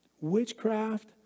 Witchcraft